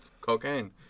cocaine